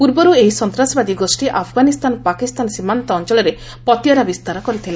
ପୂର୍ବରୁ ଏହି ସନ୍ତାସବାଦୀ ଗୋଷ୍ଠୀ ଆଫଗାନିସ୍ତାନ ପାକିସ୍ତାନ ସୀମାନ୍ତ ଅଞ୍ଚଳରେ ପତିଆରା ବିସ୍ତାର କରିଥିଲା